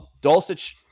Dulcich